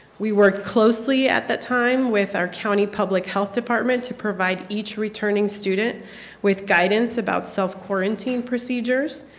we work closely at that time with our county public health department to provide each returning student with guidance about self-quarantine procedures.